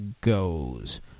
goes